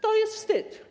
To jest wstyd.